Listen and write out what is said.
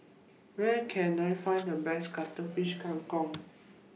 Where Can I Find The Best Cuttlefish Kang Kong